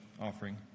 offering